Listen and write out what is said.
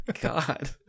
God